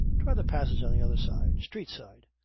try the passage on the other side. street side.